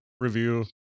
review